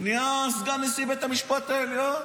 נהיה סגן נשיא בית המשפט העליון.